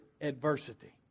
adversity